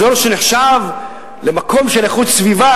אזור שנחשב למקום של איכות הסביבה,